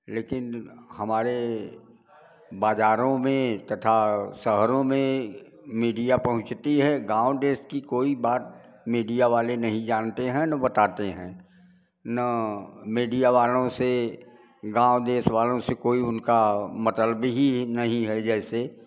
लेकिन हमारे बाज़ारों में तथा शहरों में मीडिया पहुँचती है गाँव देश की कोई बात मीडिया वाले नहीं जानते हैं न बताते हैं न मीडिया वालों से गाँव देश वालों से कोई उनका मतलब ही नहीं है जैसे